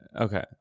Okay